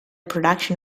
production